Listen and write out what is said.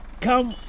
Come